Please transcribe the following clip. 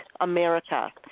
America